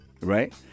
right